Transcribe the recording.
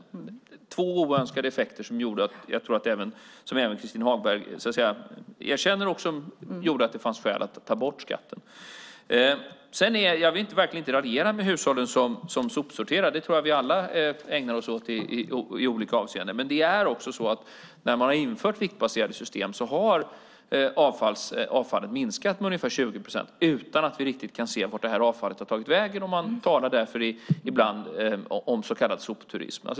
Detta var två oönskade effekter - det tror jag att även Christin Hagberg erkänner - som gjorde att det fanns skäl att ta bort skatten. Jag vill verkligen inte raljera över hushållens sopsortering. Att sortera sopor tror jag att vi alla ägnar oss åt i olika avseenden. Dock är det så att när man infört viktbaserade system har avfallet minskat med ungefär 20 procent utan att vi riktigt kan se vart detta avfall har tagit vägen. Ibland talar man därför om så kallad sopturism.